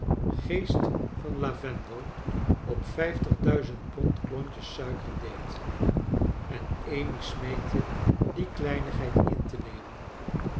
geest van lavendel op vijftig duizend pond klontjes suiker deed en amy smeekto die kleinigheid in te nemen